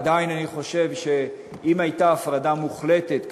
עדיין אני חושב שאם הייתה הפרדה מוחלטת,